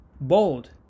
Bold